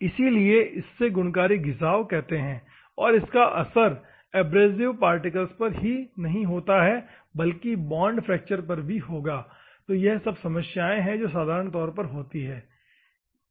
इसीलिए इससे गुणकारी घिसाव कहते हैं और इसका असर एब्रेसव पार्टिकल्स पर ही नहीं होता है बल्कि बॉन्ड फ्रैक्चर पर भी होगा तो यही सब समस्याएं हैं जो साधारण तौर पर होती है